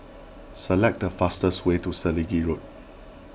select the fastest way to Selegie Road